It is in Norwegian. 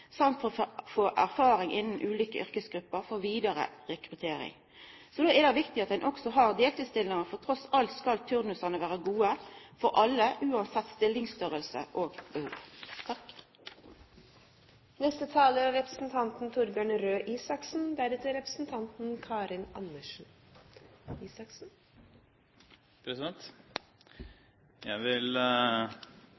erfaring innan ulike yrkesgrupper for vidare rekruttering. Så er det viktig at ein har deltidsstillingar, for trass alt skal turnusane vera gode for alle, uansett stillingsstorleik og behov. Jeg vil rette en takk til representanten